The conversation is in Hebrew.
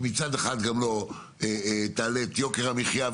שמצד אחד לא תקפיץ לנו את יוקר המחיה,